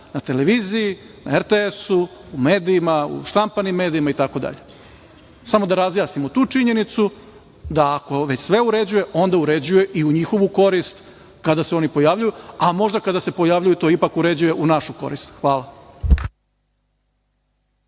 na televiziji, na RTS, u medijima, u štampanim medijima itd. Samo da razjasnimo tu činjenicu da ako već sve uređuje, onda uređuje i u njihovu korist kada se oni pojavljuju, a možda kada se pojavljuju to ipak uređuje u našu korist. Hvala.